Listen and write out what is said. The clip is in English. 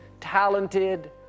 talented